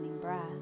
breath